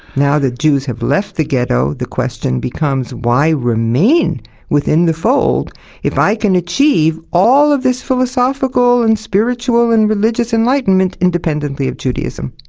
now that jews have left the ghetto, the question becomes why remain within the fold if i can achieve all this philosophical and spiritual and religious enlightenment independently of judaism?